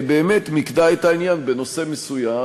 באמת מיקדה את העניין בנושא מסוים,